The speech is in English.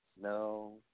No